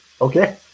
Okay